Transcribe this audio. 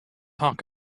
talk